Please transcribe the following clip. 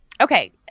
Okay